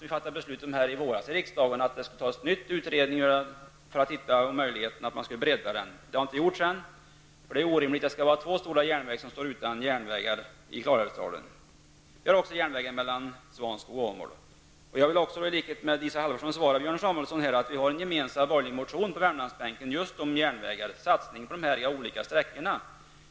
Vi fattade ju här i riksdagen i våras beslut om att man på nytt skulle utreda möjligheterna att bredda den. Det har inte gjorts än. Det är orimligt att två stora järnverk i Klarälvsdalen skall vara utan järnvägar. Vi har också järnvägen mellan Svanskog och Åmål. I likhet med Isa Halvarsson vill jag säga till Björn Samuelson att vi på Värmlandsbänken har väckt en gemensam borgerlig motion om just järnvägar, om en satsning på dessa olika sträckor.